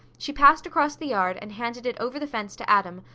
she passed across the yard and handed it over the fence to adam,